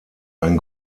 ein